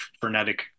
frenetic